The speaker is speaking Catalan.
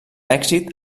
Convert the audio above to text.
èxit